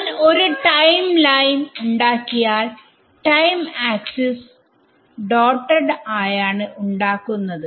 ഞാൻ ഒരു timeline ഉണ്ടാക്കിയാൽടൈം ആക്സിസ്ഡോട്ടെഡ് ആയാണ് ഉണ്ടാക്കുന്നത്